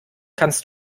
kannst